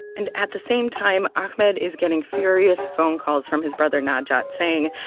and at the same time, ahmed is getting furious phone calls from his brother najat saying,